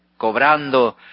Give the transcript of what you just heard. cobrando